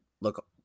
look